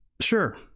Sure